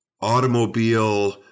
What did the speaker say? automobile